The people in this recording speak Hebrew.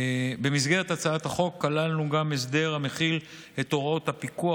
במסגרת הצעת החוק כללנו גם הסדר המחיל את הוראות הפיקוח